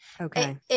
Okay